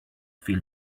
feel